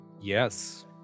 Yes